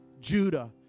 Judah